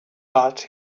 but